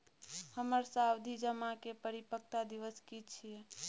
हमर सावधि जमा के परिपक्वता दिवस की छियै?